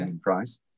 Price